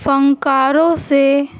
فنکاروں سے